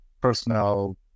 personal